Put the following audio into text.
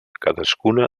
cadascuna